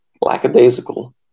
lackadaisical